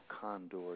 condor